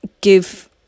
give